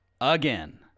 again